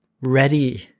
ready